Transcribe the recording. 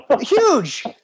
Huge